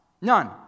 None